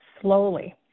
slowly